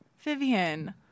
Vivian